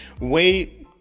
Wait